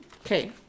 Okay